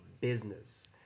business